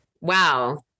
Wow